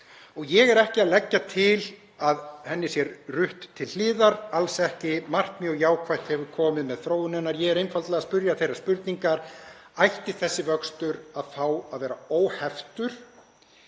Ég er ekki að leggja til að henni sé rutt til hliðar, alls ekki. Margt mjög jákvætt hefur komið með þróuninni. Ég er einfaldlega að spyrja þeirrar spurningar: Ætti þessi vöxtur að fá að vera óheftur